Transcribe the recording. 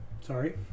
Sorry